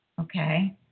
okay